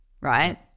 right